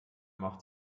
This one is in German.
macht